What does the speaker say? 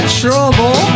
trouble